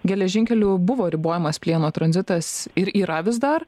geležinkeliu buvo ribojamas plieno tranzitas ir yra vis dar